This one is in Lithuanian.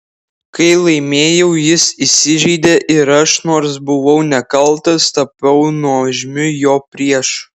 kai laimėjau jis įsižeidė ir aš nors buvau nekaltas tapau nuožmiu jo priešu